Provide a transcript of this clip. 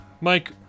Mike